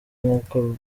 nk’uko